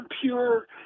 pure